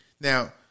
Now